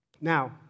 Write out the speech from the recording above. Now